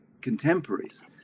contemporaries